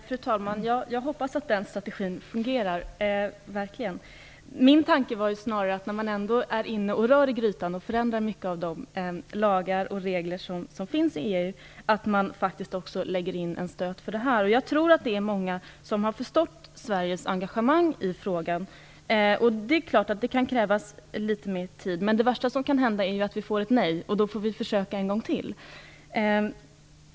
Fru talman! Jag hoppas verkligen att den strategin fungerar. Min tanke var snarare att man, när man ändå är inne och rör i grytan och förändrar mycket av de lagar och regler som finns i EU, också så att säga lägger in en stöt för detta. Jag tror att det är många som har förstått Sveriges engagemang i frågan. Det är klart att det kan krävas litet mer tid. Men det värsta som kan hända är att vi får ett nej, och då får vi försöka en gång till.